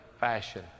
fashion